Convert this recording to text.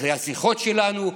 אחרי השיחות שלנו,